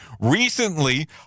Recently